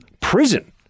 prison